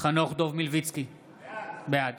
חנוך דב מלביצקי, בעד